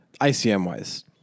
ICM-wise